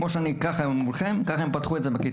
כמו שאני מולכם כרגע, ככה הם פתחו את זה בכיתה.